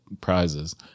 prizes